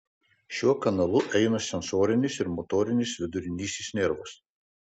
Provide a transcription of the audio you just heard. šiuo kanalu eina sensorinis ir motorinis vidurinysis nervas